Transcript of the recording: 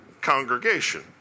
congregation